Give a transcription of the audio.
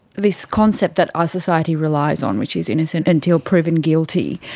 this concept that our society relies on which is innocent until proven guilty,